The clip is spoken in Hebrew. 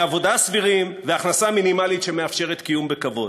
עבודה סבירים והכנסה מינימלית שמאפשרת קיום בכבוד,